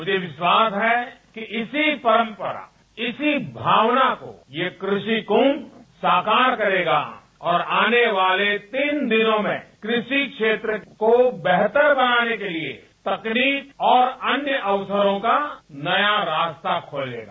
मुझे विश्वास है कि इसी परम्परा इसी भावना को ये कृषि कुम्भ साकार करेगा और आने वाले तीन दिनों में कृषि क्षेत्र को बेहतर बनाने के लिए तकनीक और अन्य अवसरों का नया रास्ता खोलेगा